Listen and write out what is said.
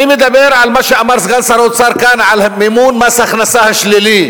אני מדבר על מה שאמר סגן שר האוצר כאן על מימון מס ההכנסה השלילי.